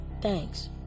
Thanks